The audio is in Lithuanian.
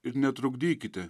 ir netrukdykite